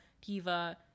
Kiva